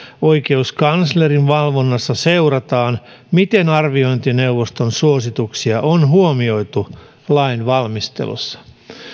oikeuskanslerin valvonnassa seurataan miten arviointineuvoston suosituksia on huomioitu lainvalmistelussa